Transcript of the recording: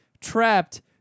trapped